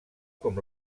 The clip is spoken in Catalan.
com